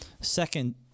second